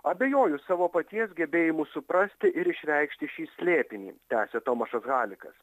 abejoju savo paties gebėjimu suprasti ir išreikšti šį slėpinį tęsė tomašas halikas